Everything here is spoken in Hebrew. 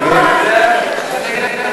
או שאתה מתנגד,